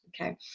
okay